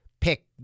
pick